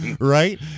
Right